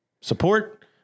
support